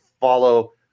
follow